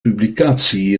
publicatie